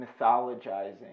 mythologizing